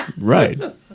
right